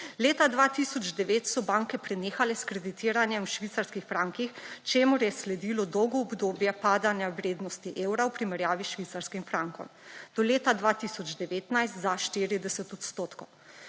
Leta 2009 so banke prenehale s kreditiranjem v švicarskih frankih, čemur je sledilo dolgo obdobje padanja vrednosti evra v primerjavi s švicarskim frankom; do leta 2019 za 40 odstotkov.